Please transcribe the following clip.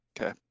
Okay